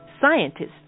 scientists